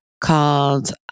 called